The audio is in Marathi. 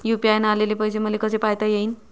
यू.पी.आय न आलेले पैसे मले कसे पायता येईन?